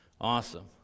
Awesome